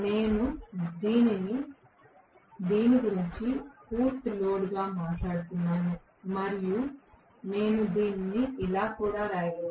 నేను దీని గురించి పూర్తి లోడ్ గా మాట్లాడుతున్నాను మరియు నేను ఇలా కూడా వ్రాయగలను